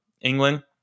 England